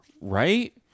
right